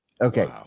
okay